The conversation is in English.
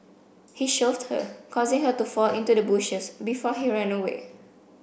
he shoved her causing her to fall into the bushes before he ran away